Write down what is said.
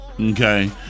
okay